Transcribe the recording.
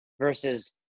versus